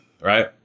right